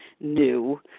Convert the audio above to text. new